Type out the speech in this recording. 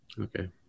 Okay